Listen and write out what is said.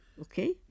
Okay